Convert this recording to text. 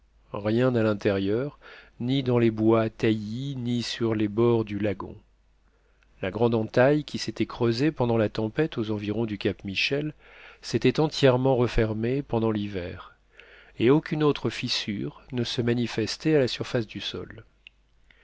rien à l'intérieur ni dans les bois taillis ni sur les bords du lagon la grande entaille qui s'était creusée pendant la tempête aux environs du cap michel s'était entièrement refermée pendant l'hiver et aucune autre fissure ne se manifestait à la surface du sol